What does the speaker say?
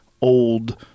old –